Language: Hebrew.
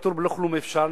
פטור בלא כלום אי-אפשר,